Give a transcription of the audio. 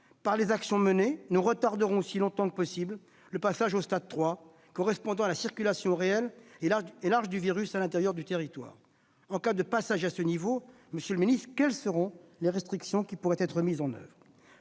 Par les actions menées, nous retarderons aussi longtemps que possible le passage au stade 3, correspondant à la circulation réelle et large du virus à l'intérieur du territoire. Mais en cas de passage à ce niveau, monsieur le ministre, quelles restrictions pourraient être mises en oeuvre ?